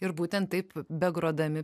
ir būtent taip begrodami